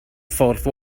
ffordd